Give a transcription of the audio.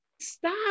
stop